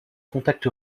contacts